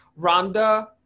Rhonda